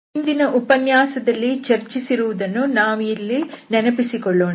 ಹಿಂದಿನ ಉಪನ್ಯಾಸದಲ್ಲಿ ಚರ್ಚಿಸಿರುವುದನ್ನು ಈಗ ನಾವಿಲ್ಲಿ ನೆನಪಿಸಿಕೊಳ್ಳೋಣ